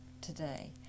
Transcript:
today